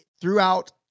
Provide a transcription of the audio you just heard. throughout